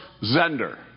Zender